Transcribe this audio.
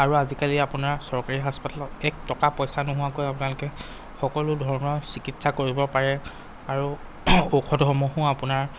আৰু আজিকালি আপোনাৰ চৰকাৰী হস্পিটালত এক টকা পইচা নোহোৱাকৈ আপোনালোকে সকলো ধৰণৰ চিকিৎসা কৰিব পাৰে আৰু ঔষধসমূহো আপোনাৰ